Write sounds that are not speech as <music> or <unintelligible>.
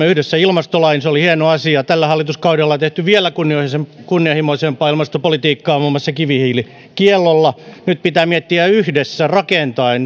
<unintelligible> yhdessä ilmastolain se oli hieno asia tällä hallituskaudella on tehty vielä kunnianhimoisempaa ilmastopolitiikkaa muun muassa kivihiilikiellolla nyt pitää miettiä yhdessä rakentaen